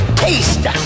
taste